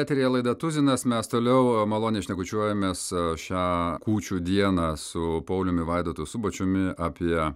eteryje laida tuzinas mes toliau maloniai šnekučiuojamės šią kūčių dieną su pauliumi vaidotu subačiumi apie